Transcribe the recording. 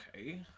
okay